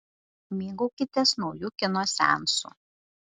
mėgaukitės nauju kino seansu